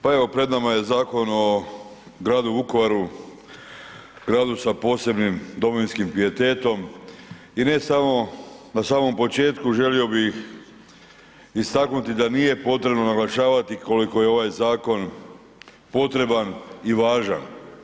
Pa evo pred nama je Zakon o gradu Vukovaru, gradu sa posebnim domovinskim pijetetom i na samom početku želio bih istaknuti da nije potrebno naglašavati koliko je ovaj zakon potreban i važan.